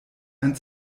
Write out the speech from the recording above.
ein